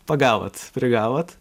pagavot prigavot